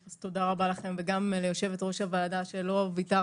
אז תודה רבה לכם וגם ליושבת ראש הוועדה שלא ויתרת